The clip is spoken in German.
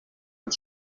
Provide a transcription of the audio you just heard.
und